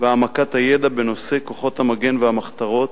והעמקת הידע בנושא כוחות המגן והמחתרות